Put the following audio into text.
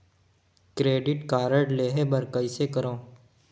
Credit card लेहे बर कइसे करव?